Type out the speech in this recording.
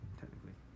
technically